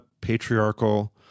patriarchal